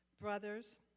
Brothers